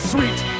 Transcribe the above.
Sweet